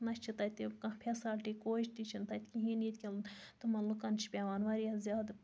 نہَ چھِ تَتہِ کانٛہہ پھیسَلٹی کوچہِ تہِ چھِنہٕ تَتہِ کِہیٖنۍ ییٚتہِ کٮ۪ن تِمَن لُکَن چھُ پیٚوان واریاہ زیادٕ